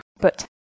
but—